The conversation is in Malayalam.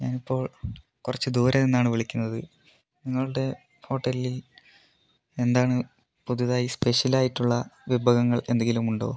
ഞാനിപ്പോൾ കുറച്ച് ദൂരെ നിന്നാണ് വിളിക്കുന്നത് നിങ്ങളുടെ ഹോട്ടലിൽ എന്താണ് പുതുതായി സ്പഷ്യലായിട്ടുള്ള വിഭവങ്ങൾ എന്തെങ്കിലുമുണ്ടോ